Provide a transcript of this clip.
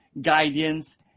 guidance